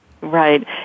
Right